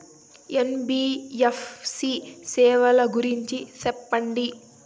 NBFC సేవల గురించి సెప్పండి?